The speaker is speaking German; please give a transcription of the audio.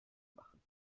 machen